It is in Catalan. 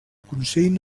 consell